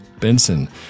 Benson